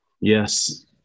Yes